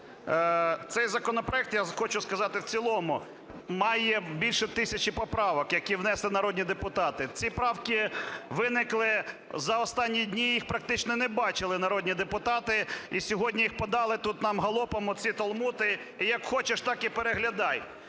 цей законопроект, я хочу сказати, в цілому має більше тисячі поправок, які внесли народні депутати. Ці правки виникли за останні дні, їх практично не бачили народні депутати. І сьогодні їх подали тут нам галопом оці талмуди, і як хочеш, так і переглядай,